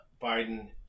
Biden